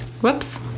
whoops